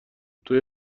توی